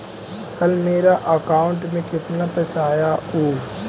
कल मेरा अकाउंटस में कितना पैसा आया ऊ?